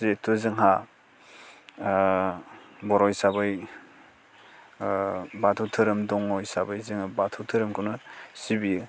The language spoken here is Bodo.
जिहेथु जोंहा बर' हिसाबै बाथौ धोरोम दङ हिसाबै जोङो बाथौ धोरोमखौनो सिबियो